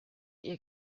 ihr